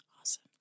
awesome